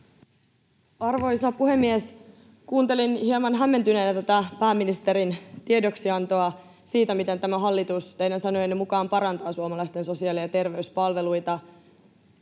Arvoisa puhemies! Kuuntelin hieman hämmentyneenä tätä pääministerin tiedoksiantoa siitä, miten tämä hallitus teidän sanojenne mukaan parantaa suomalaisten sosiaali‑ ja terveyspalveluita.